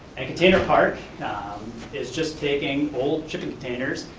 a container park is just taking old chicken containers,